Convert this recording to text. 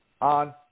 on